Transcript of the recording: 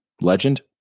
legend